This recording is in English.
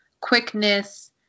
quickness